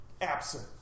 absent